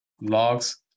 logs